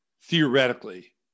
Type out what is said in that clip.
theoretically